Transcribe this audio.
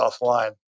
offline